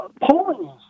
polling